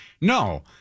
No